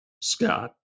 Scott